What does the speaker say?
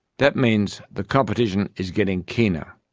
that means the competition is getting keener.